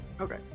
Okay